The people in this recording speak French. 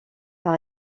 par